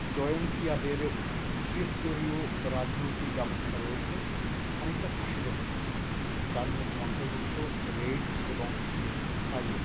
জয়ন্তিয়াদেরও ত্রি স্তরীয় রাজনৈতিক ব্যবস্থা রয়েছে খানিকটা খাসিদের মতো যার মধ্যে অন্তর্ভুক্ত রেইডস এবং সাইয়েম